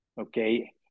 Okay